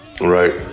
Right